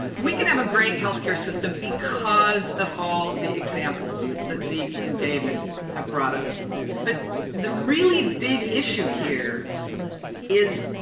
we can have a great healthcare system because of all the examples that zeke and david have brought ah but the really big issue here is